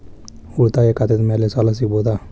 ಉಳಿತಾಯ ಖಾತೆದ ಮ್ಯಾಲೆ ಸಾಲ ಸಿಗಬಹುದಾ?